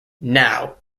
now